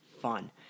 fun